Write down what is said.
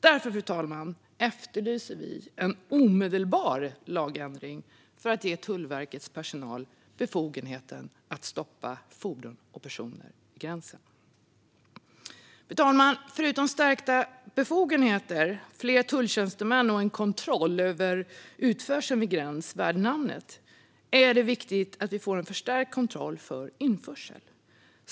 Därför efterlyser vi en omedelbar lagändring för att ge Tullverkets personal befogenhet att stoppa fordon och personer vid gränsen. Fru talman! Förutom utökade befogenheter, fler tulltjänstemän och en gränskontroll av utförsel värd namnet är det viktigt att vi får en förstärkt kontroll av införsel.